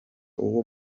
uwo